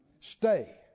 Stay